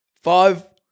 Five